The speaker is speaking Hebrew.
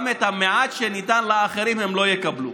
גם את המעט שניתן לאחרים הם לא יקבלו.